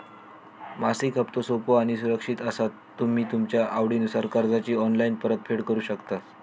मासिक हप्तो सोपो आणि सुरक्षित असा तुम्ही तुमच्या आवडीनुसार कर्जाची ऑनलाईन परतफेड करु शकतास